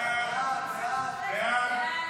סעיף 1 נתקבל.